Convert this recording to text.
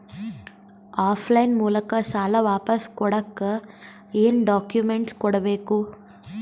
Of line ಮೂಲಕ ಸಾಲ ವಾಪಸ್ ಕೊಡಕ್ ಏನು ಡಾಕ್ಯೂಮೆಂಟ್ಸ್ ಕೊಡಬೇಕು?